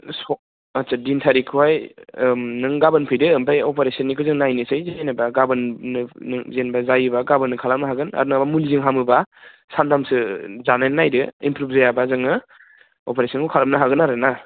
आस्सा दिन थारिखखौहाय नों गाबोन फैदो ओमफाय अपारेसननिखो जों नायनोसै जेनेबा गाबोन नों जेनेबा जायोब्ला गाबोननो खालामनो हागोन आरो नङाब्ला मुलिजों हामोब्ला सान्थामसो जानानै नायदो इमप्रुभ जायाब्ला जोङो अपारेसनखौ खालामनो हागोन आरो ना